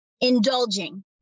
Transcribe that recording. indulging